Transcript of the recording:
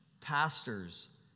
Pastors